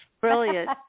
brilliant